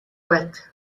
wet